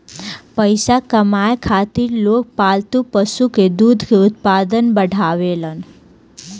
पइसा कमाए खातिर लोग पालतू पशु के दूध के उत्पादन बढ़ावेलन